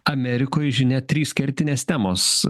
amerikoj žinia trys kertinės temos